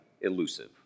elusive